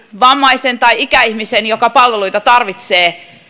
vammaisen tai ikäihmisen joka palveluita tarvitsee